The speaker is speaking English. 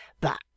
But